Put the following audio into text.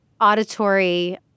auditory